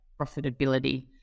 profitability